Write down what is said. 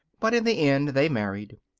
but in the end they married.